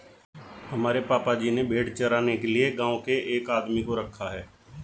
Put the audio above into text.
हमारे पापा जी ने भेड़ चराने के लिए गांव के एक आदमी को रखा है